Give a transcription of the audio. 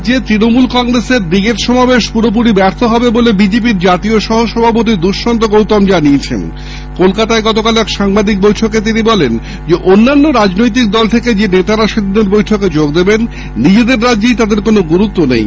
এরাজ্যে তৃণমূল কংগ্রেসের ব্রিগেড সমাবেশ পুরোপুরি ব্যর্থ হবে বলে বিজেপি র জাতীয় সহ সভাপতি দুষ্মন্ত গৌতম জানিয়েছেন কলকাতায় গতকাল এক সাংবাদিক বৈঠকে তিনি বলেন অন্যান্য রাজনৈতিক দল থেকে যে নেতারা সেদিনের বৈঠকে যোগ দেবেন নিজের রাজ্যেই তাদের কোন গুরুত্ব নেই